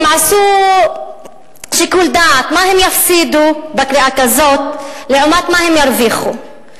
הם עשו שיקול דעת מה הם יפסידו בקריאה כזאת לעומת מה הם ירוויחו.